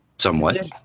Somewhat